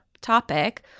topic